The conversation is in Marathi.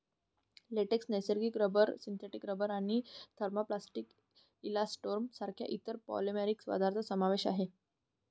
लेटेक्स, नैसर्गिक रबर, सिंथेटिक रबर आणि थर्मोप्लास्टिक इलास्टोमर्स सारख्या इतर पॉलिमरिक पदार्थ समावेश आहे